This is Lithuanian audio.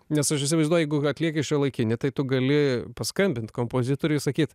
nes aš įsivaizduoju jeigu atlieki šiuolaikinį tai tu gali paskambint kompozitoriui sakyt